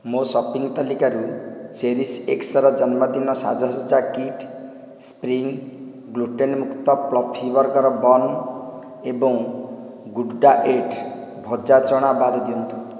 ମୋ' ସପିଂ ତାଲିକାରୁ cherish extra ଜନ୍ମଦିନ ସାଜସଜ୍ଜା କିଟ୍ ସ୍ପ୍ରିଙ୍ଗ୍ ଗ୍ଲୁଟେନ୍ ମୁକ୍ତ ଫ୍ଲଫି ବର୍ଗର୍ ବନ୍ ଏବଂ ଗୁଡ୍ଡାଏଟ୍ ଭଜା ଚଣା ବାଦ ଦିଅନ୍ତୁ